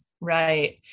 Right